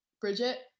Bridget